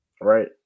Right